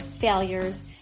failures